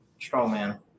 Strongman